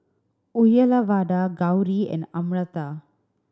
Uyyalawada Gauri and Amartya